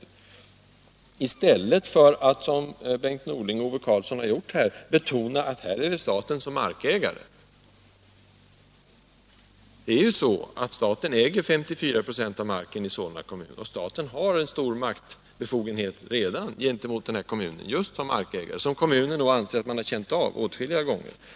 Det skall man göra i stället för att som Bengt Norling och Ove Karlsson betona att staten är markägare. Staten äger 54 26 av marken i Solna kommun, och staten har alltså redan stora maktbefogenheter gentemot kommunen just som markägare. Det är något som kommunen har känt av åtskilliga gånger.